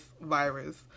virus